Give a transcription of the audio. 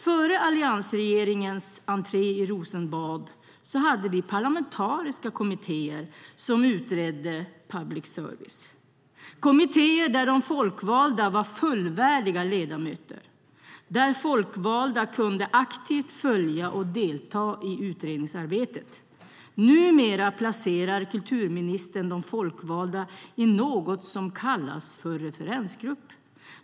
Före alliansregeringens entré i Rosenbad hade vi parlamentariska kommittéer som utredde public service. Det var kommittéer där de folkvalda var fullvärdiga ledamöter och där folkvalda aktivt kunde följa och delta i utredningsarbetet. Numera placerar kulturministern de folkvalda i något som kallas för referensgrupp.